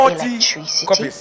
electricity